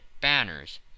banners